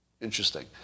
Interesting